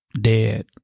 dead